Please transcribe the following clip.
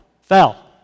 fell